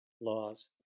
laws